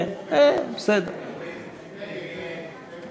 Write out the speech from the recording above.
ההצעה שלא לכלול את הנושא שהעלה חבר הכנסת טלב אבו עראר בסדר-היום